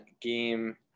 game